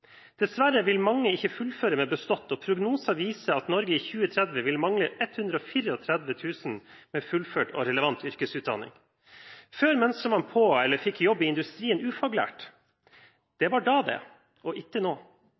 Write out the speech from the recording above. Dessverre vil mange ikke fullføre med bestått, og prognoser viser at Norge i 2030 vil mangle 134 000 med fullført og relevant yrkesutdanning. Før mønstret man på eller fikk jobb i industrien som ufaglært – «det var da det og itte nå».